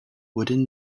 within